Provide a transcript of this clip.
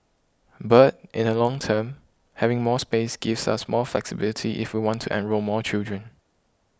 but in the long term having more space gives us more flexibility if we want to enrol more children